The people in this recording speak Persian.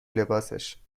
لباسش